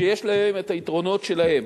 שיש להם את היתרונות שלהם.